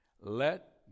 Let